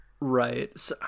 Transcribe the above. Right